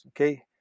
Okay